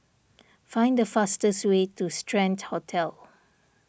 find the fastest way to Strand Hotel